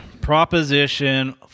Proposition